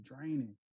draining